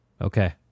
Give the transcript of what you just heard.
Okay